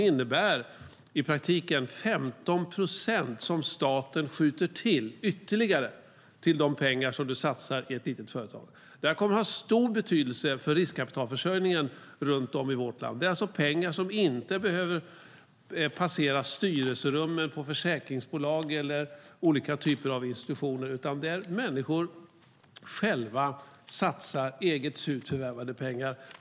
I praktiken innebär det att staten skjuter till ytterligare 15 procent till de pengar som du satsar i ett litet företag. Det här kommer att ha stor betydelse för riskkapitalförsörjningen runt om i vårt land. Det är alltså pengar som inte behöver passera styrelserummen på försäkringsbolag eller olika typer av institutioner, utan det är människor som själva satsar egna surt förvärvade pengar.